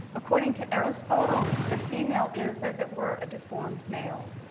according to aristotle, the female is, as it were, a deformed male.